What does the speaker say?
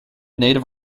native